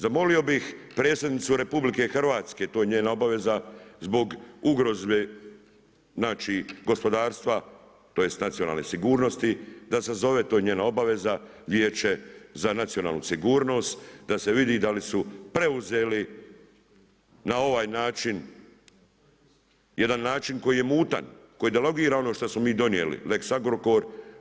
Zamolio bih Predsjednicu Republike Hrvatske to je njena obaveza zbog ugroze znači gospodarstva, tj. nacionalne sigurnosti da sazove, to je njena obaveza Vijeće za nacionalnu sigurnost, da se vidi da li su preuzeli na ovaj način jedan način koji je mutan, koji delegira ono što smo mi donijeli lex Agrokor.